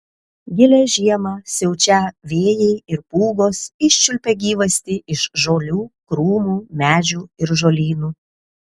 gilią žiemą siaučią vėjai ir pūgos iščiulpia gyvastį iš žolių krūmų medžių ir žolynų